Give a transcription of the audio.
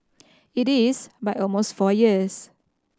it is by almost four years